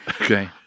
Okay